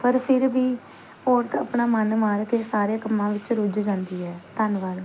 ਪਰ ਫਿਰ ਵੀ ਔਰਤ ਆਪਣਾ ਮਨ ਮਾਰ ਕੇ ਸਾਰੇ ਕੰਮਾਂ ਵਿੱਚ ਰੁੱਝ ਜਾਂਦੀ ਹੈ ਧੰਨਵਾਦ